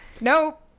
Nope